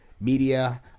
media